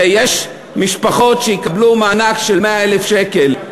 ויש משפחות שיקבלו מענק של 100,000 שקל.